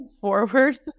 forward